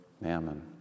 mammon